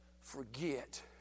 forget